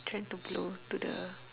trying to blow to the